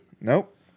nope